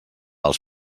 els